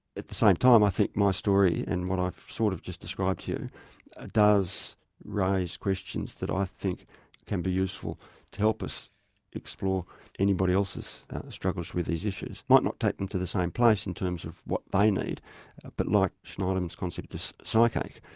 at the same time i think my story and what i've sort of just described to you does raise questions that i think can be useful to help us explore anybody else's struggles with these issues. it might not take them to the same place in terms of what they need but like shneidman's concept of psychache,